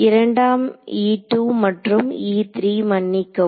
இரண்டாம் மற்றும் மன்னிக்கவும்